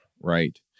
right